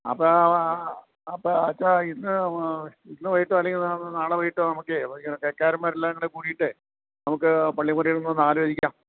അപ്പോഴാ ആ അപ്പോള് അച്ഛാ ഇന്ന് ഇന്ന് വൈകിട്ടോ അല്ലെങ്കില് നാളെ വൈകിട്ടോ നമുക്കേ കൈക്കാരന്മാരെല്ലാവരുംകൂടെ കൂടിയിട്ട് നമുക്ക് പള്ളിമുറിയിലിരുന്നൊന്ന് ആലോചിക്കാം